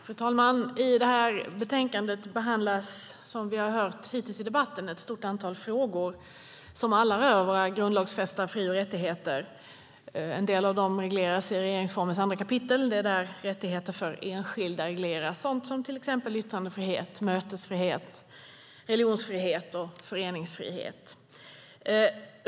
Fru talman! I detta betänkande behandlas, som vi har hört, ett stort antal frågor som alla rör våra grundlagsfästa fri och rättigheter. En del av dem regleras i regeringsformens andra kapitel. Det är där som rättigheter för enskilda regleras. De handlar om exempelvis yttrandefrihet, mötesfrihet, religionsfrihet och föreningsfrihet.